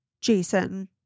jason